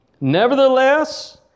Nevertheless